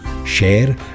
Share